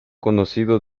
conocido